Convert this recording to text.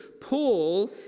Paul